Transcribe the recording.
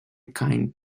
kind